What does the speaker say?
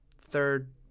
third